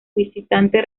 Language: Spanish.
visitante